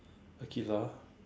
Aqilah